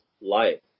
life